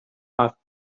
asked